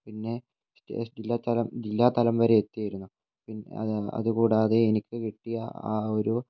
പിന്നെ ജില്ലാ തലം ജില്ലാ ജില്ലാ തലം വരെ എത്തിയിരുന്നു അത് അതുകൂടാതെ എനിക്ക് കിട്ടിയ ആ ഒരു